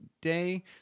day